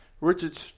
Richard